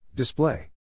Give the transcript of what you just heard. Display